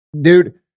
dude